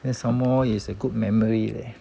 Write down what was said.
then some more is a good memory leh